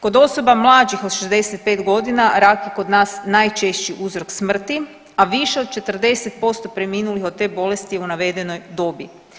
Kod osoba mlađih od 65 godina rak je kod nas najčešći uzrok smrti, a više od 40% preminulih od te bolesti je u navedenoj dobi.